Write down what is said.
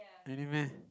really meh